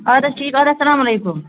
اَدٕ حظ ٹھیٖک اَدٕ حظ اسلام علیکُم